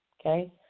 okay